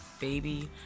baby